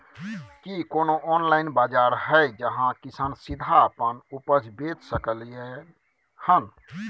की कोनो ऑनलाइन बाजार हय जहां किसान सीधा अपन उपज बेच सकलय हन?